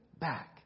back